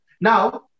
Now